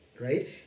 right